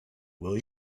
will